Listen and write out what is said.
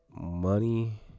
money